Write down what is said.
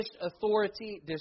authority